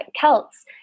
Celts